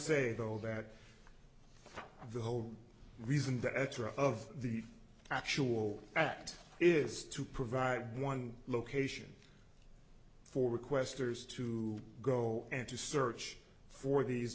say though that the whole reason the editor of the actual act is to provide one location for requesters to go and to search for these